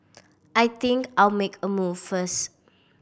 I think I'll make a move first